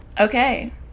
Okay